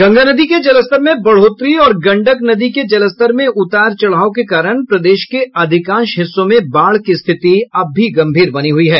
गंगा नदी के जलस्तर में बढ़ोतरी और गंडक नदी के जलस्तर में उतार चढ़ाव के कारण प्रदेश के अधिकांश हिस्सों में बाढ़ की स्थिति अब भी गंभीर बनी हुई है